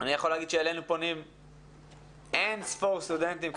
אני יכול לומר שאלינו פונים אין ספור סטודנטים,